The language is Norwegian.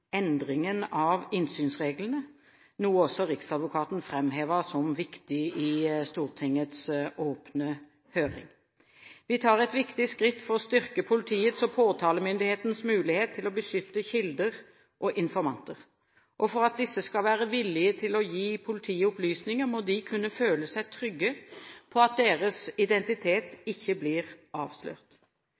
endringen av innsynsreglene, noe også Riksadvokaten framhevet som viktig i Stortingets åpne høring. Vi tar et viktig skritt for å styrke politiets og påtalemyndighetens mulighet til å beskytte kilder og informanter. For at disse skal være villige til å gi politiet opplysninger, må de kunne føle seg trygge på at deres identitet ikke blir avslørt.